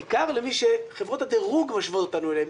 בעיקר למי שחברות הדירוג משוות אותנו אליהם,